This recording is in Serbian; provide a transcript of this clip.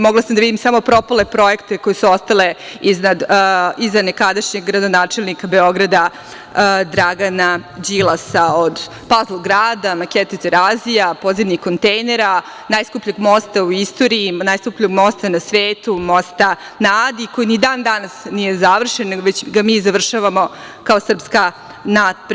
Mogla sam da vidim samo propale projekti koji su ostali iza nekadašnjeg gradonačelnika Beograda Dragana Đilasa, od „Pazl grada“, makete Terazija, podzemnih kontejnera, najskupljeg mosta u istoriji, najskupljeg mosta u svetu, mosta na Adi, koji ni dan danas nije završen, nego ga mi završavamo kao SNS.